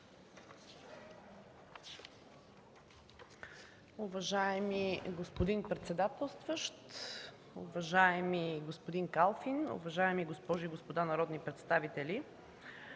Уважаеми господин председателстващ, уважаеми господин Калфин, уважаеми госпожи и господа народни представители!